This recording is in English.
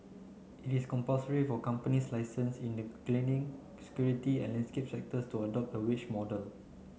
it is compulsory for companies licensed in the cleaning security and landscape sectors to adopt the wage model